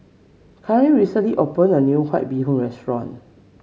Kareen recently opened a new White Bee Hoon restaurant